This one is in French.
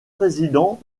président